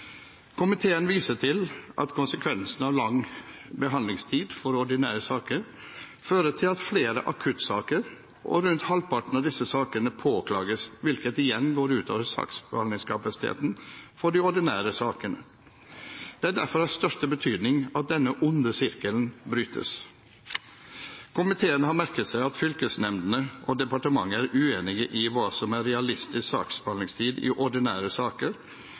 Komiteen viser til at konsekvensene av lang behandlingstid for ordinære saker fører til at flere akuttsaker og rundt halvparten av disse sakene påklages, hvilket igjen går ut over saksbehandlingskapasiteten for de ordinære sakene. Det er derfor av største betydning at denne onde sirkelen brytes. Komiteen har merket seg at fylkesnemndene og departementet er uenige om hva som er realistisk saksbehandlingstid i ordinære saker.